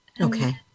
Okay